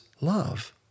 love